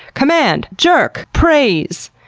command, jerk, praise!